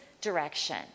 direction